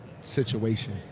situation